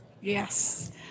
yes